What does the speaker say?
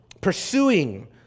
Pursuing